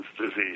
disease